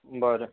बरें